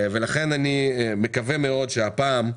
לכן אני מקווה מאוד שהפעם,